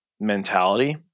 mentality